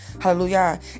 Hallelujah